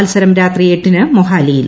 മത്സരം രാത്രി എട്ടിന് മൊഹാലിയിൽ